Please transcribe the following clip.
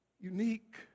unique